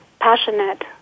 passionate